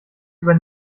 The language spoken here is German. über